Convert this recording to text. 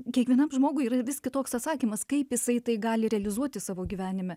kiekvienam žmogui yra vis kitoks atsakymas kaip jisai tai gali realizuoti savo gyvenime